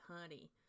honey